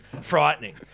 frightening